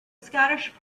scottish